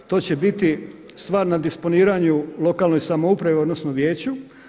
To će biti stvar na disponiranju lokalnoj samoupravi odnosno vijeću.